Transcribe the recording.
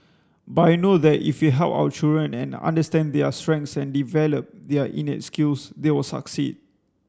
but I know that if we help our children and understand their strengths and develop their innate skills they will succeed